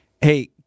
Hey